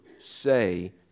say